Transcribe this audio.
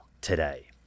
today